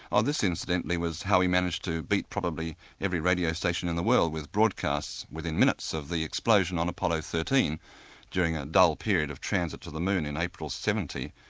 ah this, incidentally, was how we managed to beat probably every radio station in the world with broadcasts within minutes of the explosion on apollo thirteen during a dull period of transit to the moon in april zero